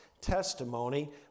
testimony